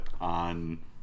on